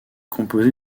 composé